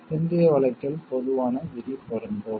பிந்தைய வழக்கில் பொதுவான விதி பொருந்தும்